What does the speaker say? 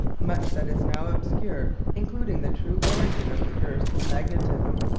much that is now obscure, including the true origin of the earth's magnetism,